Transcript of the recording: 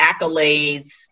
accolades